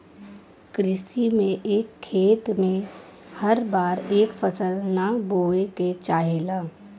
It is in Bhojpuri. कृषि में एक खेत में हर बार एक फसल ना बोये के चाहेला